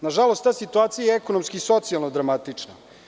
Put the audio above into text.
Na žalost, ta situacija je ekonomski socijalno dramatična.